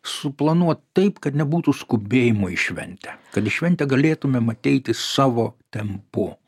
suplanuot taip kad nebūtų skubėjimo į šventę į šventę galėtumėm ateiti savo tempu